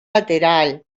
lateral